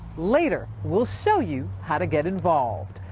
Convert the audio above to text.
later, we'll show you how to get involved.